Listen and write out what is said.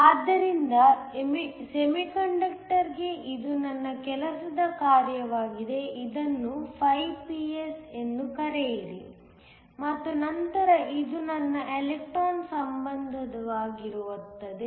ಆದ್ದರಿಂದ ಸೆಮಿಕಂಡಕ್ಟರ್ ಗೆ ಇದು ನನ್ನ ಕೆಲಸದ ಕಾರ್ಯವಾಗಿದೆ ಇದನ್ನು φPS ಎಂದು ಕರೆಯಿರಿ ಮತ್ತು ನಂತರ ಇದು ನನ್ನ ಎಲೆಕ್ಟ್ರಾನ್ ಸಂಬಂಧವಾಗಿರುತ್ತದೆ